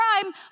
crime